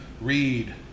read